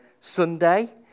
Sunday